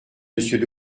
monsieur